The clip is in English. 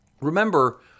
Remember